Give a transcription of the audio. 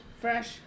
fresh